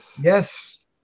Yes